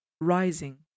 rising